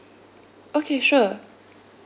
okay sure